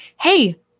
hey